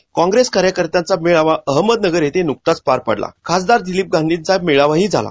आज काँप्रेस कार्यकर्त्यांचा मेळावा अहमदनगर इथं नुकताच पार पडला खासदार दिलीप गांधींचा मेळावाही झाला